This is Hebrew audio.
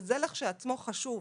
וזה לכשעצמו חשוב.